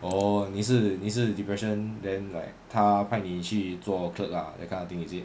oh 你是你是 depression then like 他派你去做 clerk lah that kind of thing is it